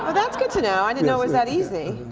that's good to know, i don't know it was that easy.